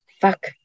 fuck